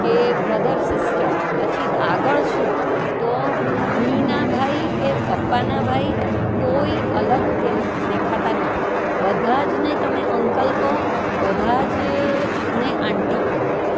કે brothers sister પછી આગળ શું તો મમ્મીના ભાઈ કે પપ્પાના ભાઈ કોઈ અલગ કે દેખાતા નથી બધા જ ને તમે અંકલ કહો બધા જ ને આંટી કહો